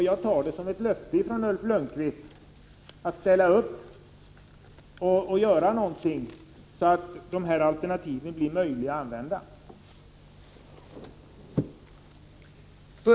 Jag tar det som Ulf Lönnqvist sagt som ett löfte om att han ställer upp och gör någonting, så att det blir möjligt att pröva de här alternativen.